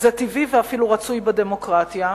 זה טבעי ואפילו רצוי בדמוקרטיה,